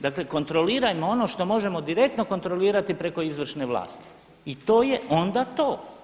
Dakle, kontrolirajmo ono što možemo direktno kontrolirati preko izvršne vlasti i to je onda to.